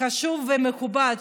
חשוב ומכובד,